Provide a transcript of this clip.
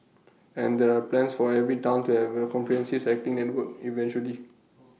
and there are plans for every Town to have A comprehensive cycling network eventually